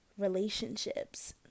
relationships